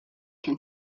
can